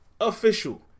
Official